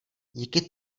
díky